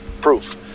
proof